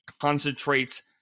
concentrates